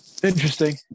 Interesting